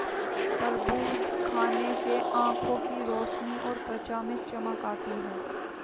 तरबूज खाने से आंखों की रोशनी और त्वचा में चमक आती है